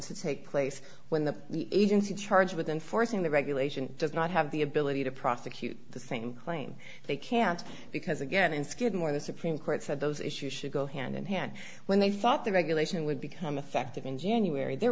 to take place when the agency charged with enforcing the regulation does not have the ability to prosecute the same claim they can't because again in skidmore the supreme court said those issues should go hand in hand when they thought the regulation would become effective in january there